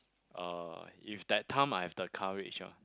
uh if that time I have the courage ah